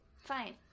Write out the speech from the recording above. Fine